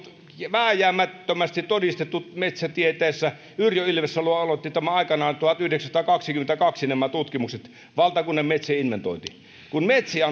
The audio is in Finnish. vääjäämättömästi todistettu metsätieteissä yrjö ilvessalo aloitti aikanaan tuhatyhdeksänsataakaksikymmentäkaksi nämä tutkimukset valtakunnan metsien inventoinnin kun metsiä